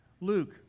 Luke